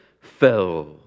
fell